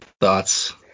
thoughts